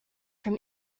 from